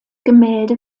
gemälde